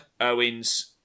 Owens